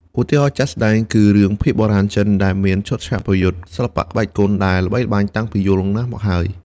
ឧទាហរណ៍ជាក់ស្តែងគឺរឿងភាគបុរាណចិនដែលមានឈុតឆាកប្រយុទ្ធសិល្បៈក្បាច់គុនដែលល្បីល្បាញតាំងពីយូរណាស់មកហើយ។